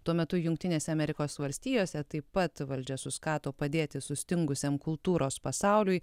tuo metu jungtinėse amerikos valstijose taip pat valdžia suskato padėti sustingusiam kultūros pasauliui